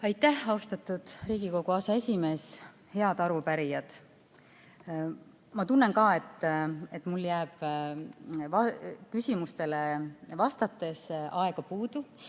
Aitäh, austatud Riigikogu aseesimees! Head arupärijad! Ma tunnen, et mul jääb ka küsimustele vastates aega puudu.